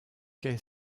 quai